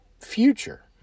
future